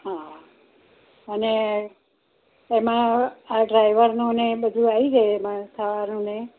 હા અને એમાં આ ડ્રાઇવરનું ને એ બધું આઈ ગયુને એમાં ખાવાનું ને એ